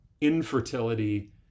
infertility